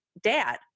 dad